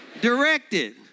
directed